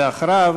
ואחריו,